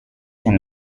and